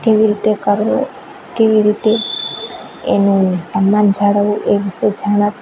કેવી રીતે કરવો કેવી રીતે એનું સન્માન જાળવવું એ વિશે જાણત